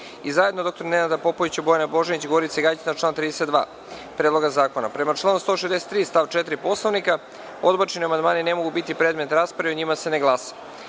i zajedno dr Nenada Popovića, Bojane Božanić i Gorice Gajić na član 32. Predloga zakona. Prema članu 163. stav 4. Poslovnika, odbačeni amandmani ne mogu biti predmet rasprave i o njima se ne